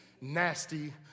nasty